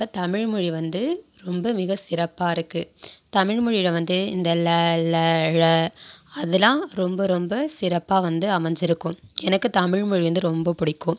அப்போ தமிழ்மொழி வந்து ரொம்ப மிக சிறப்பாக இருக்கு தமிழ்மொழியில் வந்து இந்த ல ள ழ அதெல்லாம் ரொம்ப ரொம்ப சிறப்பாக வந்து அமைஞ்சிருக்கும் எனக்கு தமிழ்மொழி வந்து ரொம்ப பிடிக்கும்